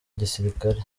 gisirikare